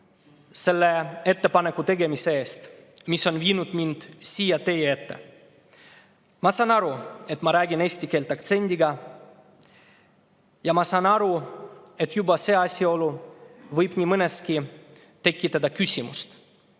selle ettepaneku eest, mis on toonud mind siia teie ette. Ma saan aru, et ma räägin eesti keelt aktsendiga. Ma saan aru, et juba see asjaolu ise võib nii mõneski tekitada küsimusi.